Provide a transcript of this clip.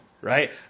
Right